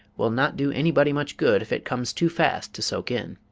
will not do anybody much good if it comes too fast to soak in.